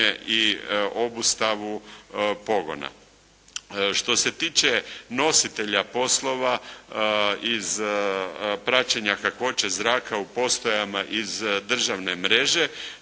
i obustavu pogona. Što se tiče nositelja poslova iz praćenja kakvoće zraka u postajama iz državne mreže,